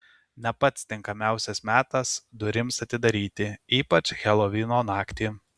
ne pats tinkamiausias metas durims atidaryti ypač helovino naktį